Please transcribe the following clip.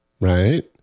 Right